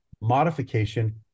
modification